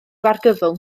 argyfwng